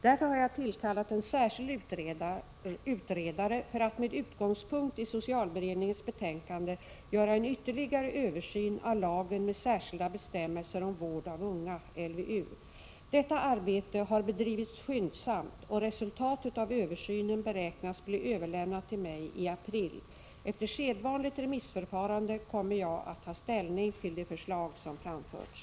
Därför har jag tillkallat en särskild utredare för att med utgångspunkt i socialberedningens betänkande göra en ytterligare översyn av lagen med särskilda bestämmelser om vård av unga . Detta arbete har bedrivits skyndsamt, och resultatet av översynen beräknas bli överlämnat till mig i april. Efter sedvanligt remissförfarande kommer jag att ta ställning till de förslag som framförts.